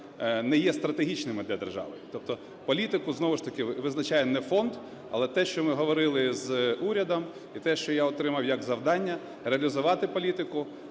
не є стратегічними для держави. Тобто політику знову ж таки визначає не Фонд, але те, що ми говорили з урядом, і те, що я отримав як завдання реалізувати політику,